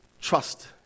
trust